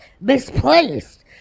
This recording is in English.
misplaced